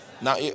Now